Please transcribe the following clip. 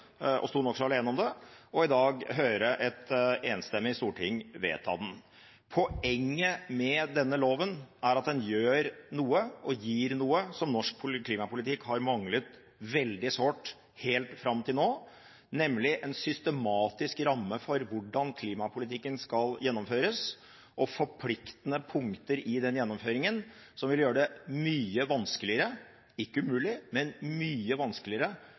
er at den gjør noe og gir noe som norsk klimapolitikk har manglet veldig sårt helt fram til nå, nemlig en systematisk ramme for hvordan klimapolitikken skal gjennomføres, og forpliktende punkter i den gjennomføringen, som vil gjøre det mye vanskeligere – ikke umulig, men mye vanskeligere